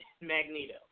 Magneto